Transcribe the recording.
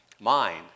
mind